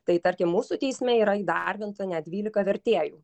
tai tarkim mūsų teisme yra įdarbinta net dvylika vertėjų